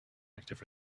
active